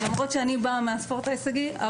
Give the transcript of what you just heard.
למרות שאני באה מהספורט ההישגי.